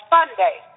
Sunday